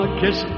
kiss